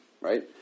right